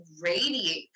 radiate